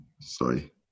Sorry